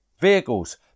vehicles